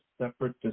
separate